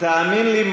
תאמין לי,